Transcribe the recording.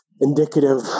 indicative